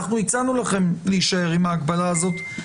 הצענו לכם להישאר עם ההגבלה הזאת,